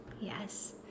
Yes